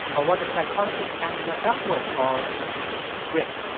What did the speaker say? or what the psychologist angela duckworth calls grit.